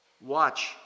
Watch